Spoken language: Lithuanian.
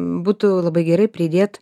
būtų labai gerai pridėt